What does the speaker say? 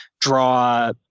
draw